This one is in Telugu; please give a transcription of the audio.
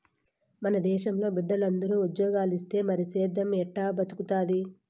మన దేశంలో బిడ్డలందరూ ఉజ్జోగాలిస్తే మరి సేద్దెం ఎట్టా బతుకుతాది